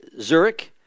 Zurich